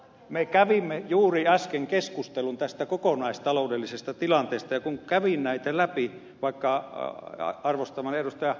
me kävimme juuri äsken keskustelun tästä kokonaistaloudellisesta tilanteesta ja kun kävin näitä läpi vaikka arvostamani ed